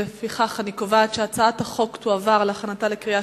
לפיכך אני קובעת שהצעת החוק תועבר להכנתה לקריאה